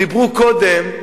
דיברו קודם,